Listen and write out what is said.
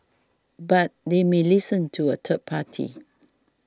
but they may listen to a third party